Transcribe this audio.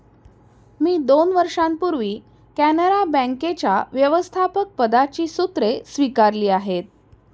मी दोन वर्षांपूर्वी कॅनरा बँकेच्या व्यवस्थापकपदाची सूत्रे स्वीकारली आहेत